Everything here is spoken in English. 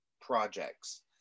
projects